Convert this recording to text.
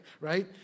Right